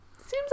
Seems